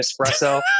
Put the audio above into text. espresso